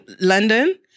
London